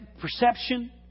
perception